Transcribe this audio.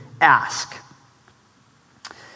ask